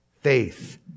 faith